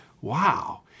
wow